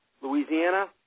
Louisiana